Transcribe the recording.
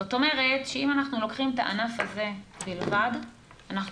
זאת אומרת שאם אנחנו לוקחים את הענף הזה בלבד אנחנו